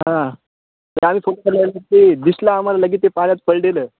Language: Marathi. हां ते आम्ही ते दिसलं आम्हाला लगेच ते पाण्यात पडलेलं